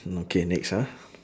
mm okay next ah